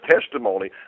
testimony